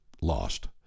lost